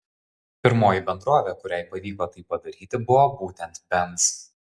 pirmoji bendrovė kuriai pavyko tai padaryti buvo būtent benz